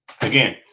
again